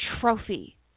trophy